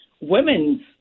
women's